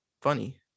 funny